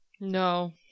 No